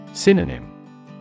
Synonym